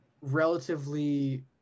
relatively